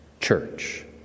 church